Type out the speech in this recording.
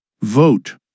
Vote